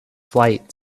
flight